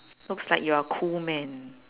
looks like you're a cool man